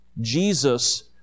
Jesus